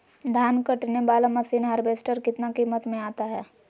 धान कटने बाला मसीन हार्बेस्टार कितना किमत में आता है?